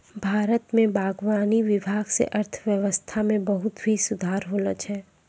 भारत मे बागवानी विभाग से अर्थव्यबस्था मे भी सुधार होलो छै